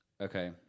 Okay